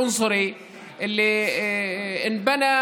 (אומר בערבית: גדר ההפרדה הגזענית נבנתה